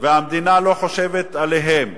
והמדינה לא חושבת עליהם.